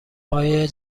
های